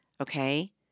Okay